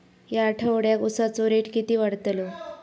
या आठवड्याक उसाचो रेट किती वाढतलो?